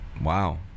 wow